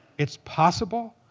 it's possible.